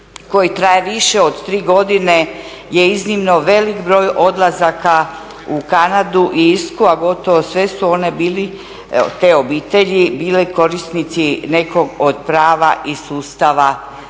koji traje više od tri godine je iznimno velik broj odlazaka u Kanadu i Irsku, a gotovo sve su one bile te obitelji bile korisnici nekog od prava iz sustava